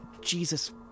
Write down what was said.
Jesus